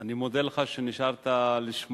אני מודה לך שנשארת לשמוע.